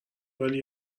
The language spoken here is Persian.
ولی